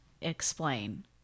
explain